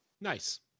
Nice